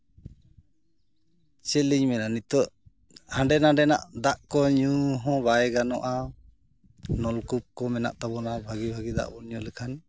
ᱪᱮᱫᱞᱤᱧ ᱢᱮᱱᱟ ᱱᱤᱛᱳᱜ ᱦᱟᱸᱰᱮ ᱱᱟᱸᱰᱮᱱᱟᱜ ᱫᱟᱜ ᱠᱚ ᱧᱩ ᱦᱚᱸ ᱵᱟᱭ ᱜᱟᱱᱚᱜᱼᱟ ᱱᱚᱞᱠᱩᱯ ᱠᱚ ᱢᱮᱱᱟᱜ ᱛᱟᱵᱚᱱᱟ ᱵᱷᱟᱹᱜᱤ ᱵᱷᱟᱹᱜᱤ ᱫᱟᱜ ᱵᱚᱱ ᱧᱩ ᱞᱮᱠᱷᱟᱱ